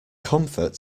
comfort